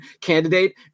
candidate